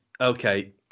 okay